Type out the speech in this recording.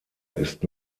ist